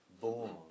born